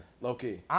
low-key